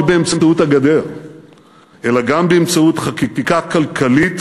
באמצעות הגדר אלא גם באמצעות חקיקה כלכלית,